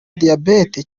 diabete